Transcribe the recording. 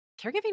caregiving